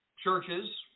Churches